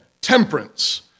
Temperance